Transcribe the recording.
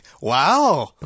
wow